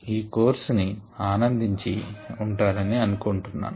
ఈ కోర్స్ ని ఆనందించి ఉంటారని అనుకొంటున్నాను